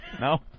No